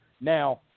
Now